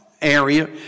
area